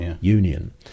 union